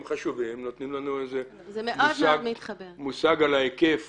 הם נותנים לנו מושג לגבי ההיקף